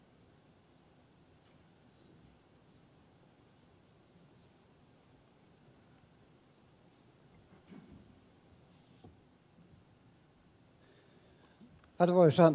arvoisa puhemies